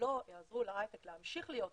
לא יעזרו להייטק להמשיך להיות חזק,